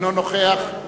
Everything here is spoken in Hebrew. אינו נוכח אינו נוכח.